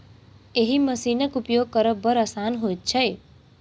एहि मशीनक उपयोग करब बड़ आसान होइत छै